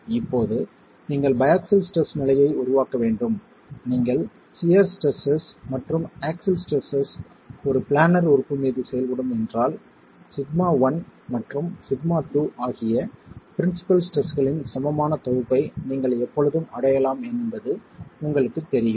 இப்போது நீங்கள் பையாக்ஸில் ஸ்ட்ரெஸ் நிலையை உருவாக்க வேண்டும் நீங்கள் சியர் ஸ்ட்ரெஸ்ஸஸ் மற்றும் ஆக்ஸில் ஸ்ட்ரெஸ்ஸஸ் ஒரு பிளானர் உறுப்பு மீது செயல்படும் என்றால் σ1 மற்றும் σ2 ஆகிய பிரின்சிபல் ஸ்ட்ரெஸ்களின் சமமான தொகுப்பை நீங்கள் எப்பொழுதும் அடையலாம் என்பது உங்களுக்குத் தெரியும்